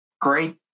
great